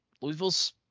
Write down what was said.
Louisville's